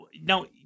no